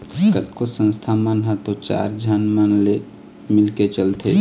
कतको संस्था मन ह तो चार झन मन ले मिलके चलथे